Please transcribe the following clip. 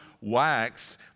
wax